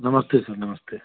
नमस्ते सर नमस्ते